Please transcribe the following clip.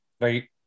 right